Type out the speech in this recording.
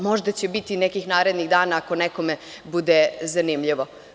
Možda će biti nekih narednih dana ako nekome bude zanimljivo.